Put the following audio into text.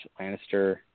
Lannister